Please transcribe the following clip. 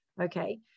okay